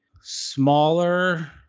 smaller